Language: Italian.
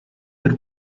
per